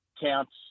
counts